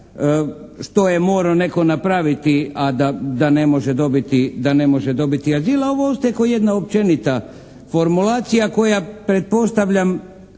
što je morao netko napraviti, a da ne može dobiti azil, a ovo ostaje kao jedna općenita formulacija koja pretpostavljam